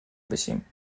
بشیم